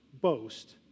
boast